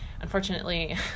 Unfortunately